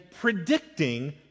predicting